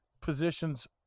positions